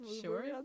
Sure